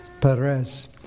Perez